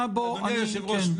אדוני היושב-ראש,